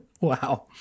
Wow